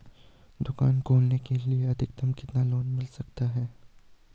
दुकान खोलने के लिए अधिकतम कितना लोन मिल सकता है?